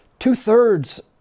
Two-thirds